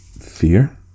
fear